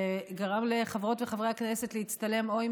שגרם לחברות וחברי הכנסת להצטלם או עם